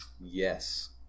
Yes